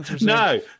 No